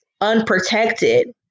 unprotected